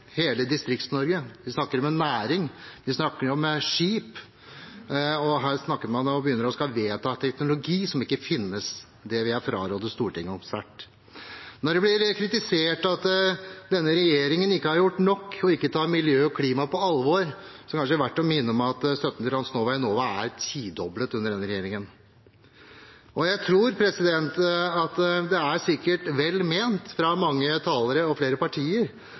hele kysten, hele Distrikts-Norge. Vi snakker om en næring, vi snakker om skip. Men her snakker man om å vedta teknologi som ikke finnes. Det vil jeg sterkt fraråde Stortinget. Når denne regjeringen blir kritisert for ikke å ha gjort nok, og for ikke å ta miljø og klima på alvor, er det kanskje verd å minne om at støtten til Transnova og Enova er tidoblet under denne regjeringen. Jeg tror at det sikkert er vel ment fra mange talere og flere partier